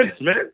man